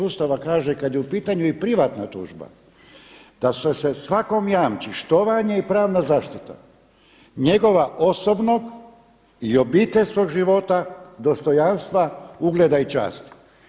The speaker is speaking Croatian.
Ustava kaže kada je u pitanja privatna tužba da se svakom jamči štovanje i pravna zaštita, njegova osobno i obiteljskog života, dostojanstva, ugleda i časti.